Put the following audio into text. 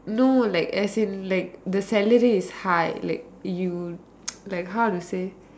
no like as in like the salary is high like you like how to say